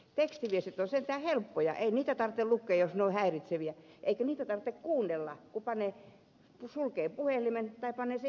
tekstiviestit ovat sentään helppoja ei niitä tarvitse lukea jos ne ovat häiritseviä eikä niitä tarvitse kuunnella kun sulkee puhelimen tai panee sen hiljaiselle